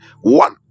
one